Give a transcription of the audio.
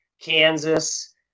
Kansas